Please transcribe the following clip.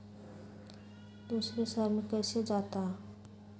दूसरे शहर मे कैसे जाता?